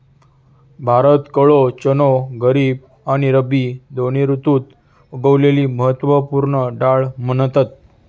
भारतात काळो चणो खरीब आणि रब्बी दोन्ही ऋतुत उगवलेली महत्त्व पूर्ण डाळ म्हणतत